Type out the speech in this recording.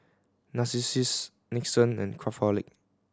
Narcissus Nixon and Craftholic